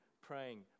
praying